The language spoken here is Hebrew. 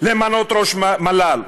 למנות ראש מל"ל.